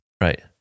right